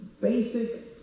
basic